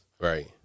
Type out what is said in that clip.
Right